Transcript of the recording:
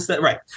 Right